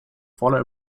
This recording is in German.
voller